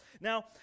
Now